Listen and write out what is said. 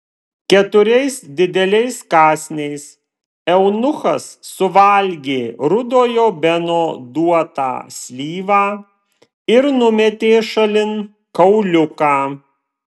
keturiais dideliais kąsniais eunuchas suvalgė rudojo beno duotą slyvą ir numetė šalin kauliuką